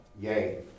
Yay